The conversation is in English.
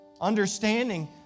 Understanding